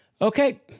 Okay